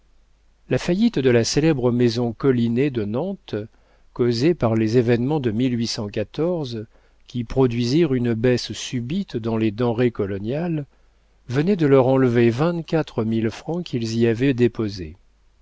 la faillite de la célèbre maison collinet de nantes causée par les événements de qui produisirent une baisse subite dans les denrées coloniales venait de leur enlever vingt-quatre mille francs qu'ils y avaient déposés